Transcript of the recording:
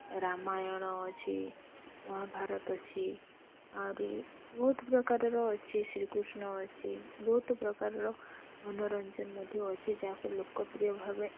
ରାମାୟଣ ଅଛି ମହାଭାରତ ଅଛି ଆହୁରି ବହୁତ ପ୍ରକାରର ଅଛି ଶ୍ରୀକୃଷ୍ଣ ଅଛି ବହୁତ ପ୍ରକାରର ମନୋରଞ୍ଜନ ମଧ୍ୟ ଅଛି ଯାହାକୁ ଲୋକପ୍ରିୟ ଭାବେ